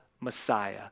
Messiah